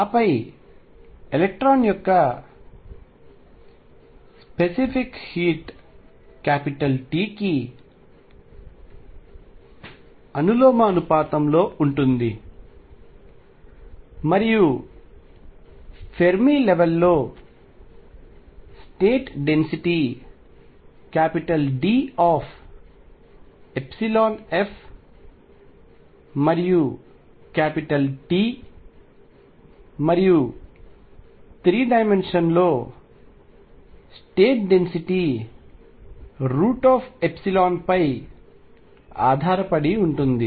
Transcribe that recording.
ఆపై ఎలక్ట్రాన్ యొక్క specific heat T కి అనులోమానుపాతంలో ఉంటుంది మరియు ఫెర్మి లెవెల్ లో స్టేట్ డెన్సిటీ D మరియు T మరియు 3 D లో స్టేట్ డెన్సిటీ పై ఆధారపడి ఉంటుంది